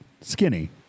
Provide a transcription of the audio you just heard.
skinny